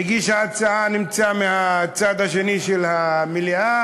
מגיש ההצעה נמצא בצד השני של המליאה,